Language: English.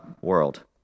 world